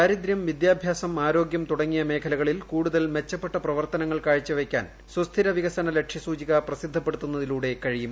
ദാരിദ്രൃം വിദ്യാഭ്യാസം ആരോഗൃം തുടങ്ങിയ മേഖലകളിൽ കൂടുതൽ മെച്ചപ്പെട്ട പ്രവർത്തനങ്ങൾ കാഴ്ച വയ്ക്കാൻ സുസ്ഥിര വികസന ലക്ഷ്യ സൂചിക പ്രസിദ്ധപ്പെടുത്തുന്നതിലൂടെ കഴിയും